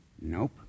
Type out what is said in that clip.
Nope